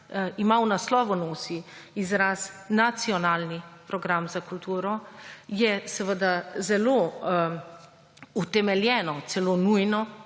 ima v naslovu nosi, izraz, Nacionalni program za kulturo, je seveda zelo utemeljeno, celo nujno,